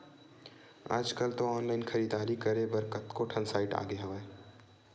आजकल तो ऑनलाइन खरीदारी करे बर कतको ठन साइट आगे हवय